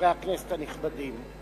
חברי הכנסת הנכבדים,